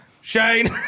Shane